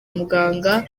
muganga